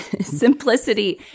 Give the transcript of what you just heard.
Simplicity